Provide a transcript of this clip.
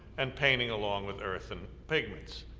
and painting along with earth and pigments.